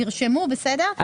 תרשמו בסדר?